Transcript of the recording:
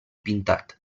pintat